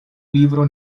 libro